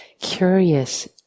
curious